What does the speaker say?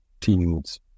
teams